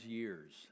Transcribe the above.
years